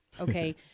okay